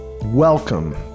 welcome